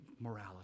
morality